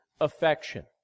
affection